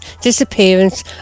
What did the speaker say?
disappearance